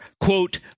quote